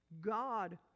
God